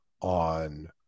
on